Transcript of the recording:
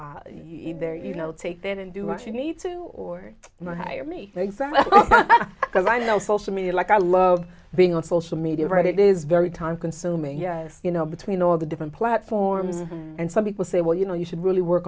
e you know take that and do what you need to or not hire me because i know folks to me like i love being on social media right it is very time consuming you know between all the different platforms and some people say well you know you should really work